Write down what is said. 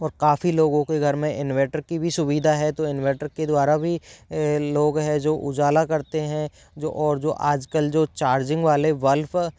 और काफ़ी लोगों के घर में इनवेटर की भी सुविधा है तो इनवेटर के द्वारा भी लोग है जो उजाला करते हैं जो और जो आजकल जो चार्जिंग वाले बल्ब